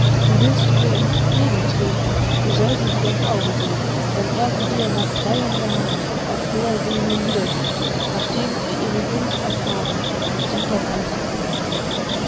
wie willst du ihr entgegentreten wie soll sie dir ins auge sehn wenn er sie dir nach dreien jahren auf hoher see nun wiedergiebt nachdem er ihre gunst erfahren und sie dann einzig ihn noch liebt